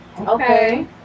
Okay